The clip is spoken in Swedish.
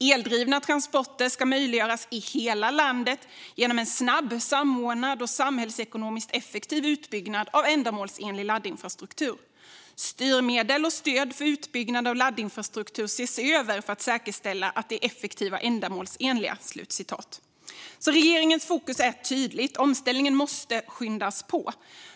Eldrivna transporter ska möjliggöras i hela landet genom en snabb, samordnad och samhällsekonomiskt effektiv utbyggnad av ändamålsenlig laddinfrastruktur. Styrmedel och stöd för utbyggnad av laddinfrastruktur ses över för att säkerställa att de är effektiva och ändamålsenliga." Regeringens fokus är tydligt. Omställningen måste skyndas på.